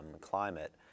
climate